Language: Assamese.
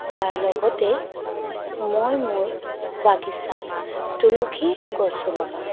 ইয়াৰ লগতে মই মোৰ বাগিচাত তুলসী গছো লগাওঁ